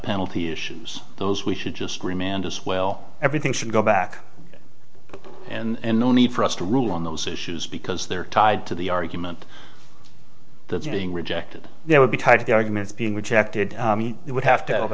penalty issues those we should just remand as well everything should go back up in need for us to rule on those issues because they're tied to the argument that you being rejected there would be tied to the arguments being rejected it would have to have